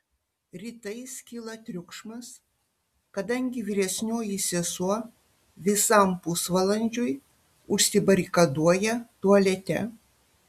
rytais kyla triukšmas kadangi vyresnioji sesuo visam pusvalandžiui užsibarikaduoja tualete